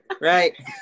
Right